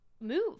move